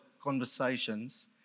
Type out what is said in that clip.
conversations